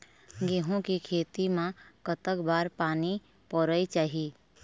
गेहूं के खेती मा कतक बार पानी परोए चाही?